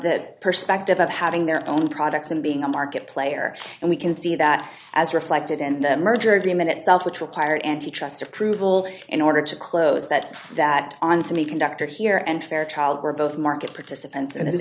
that perspective of having their own products and being a market player and we can see that as reflected in the merger of the minute self which required antitrust approval in order to close that that on semiconductor here and fairchild were both market participants